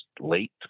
late